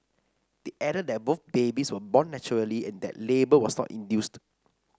they added that both babies were born naturally and that labour was not induced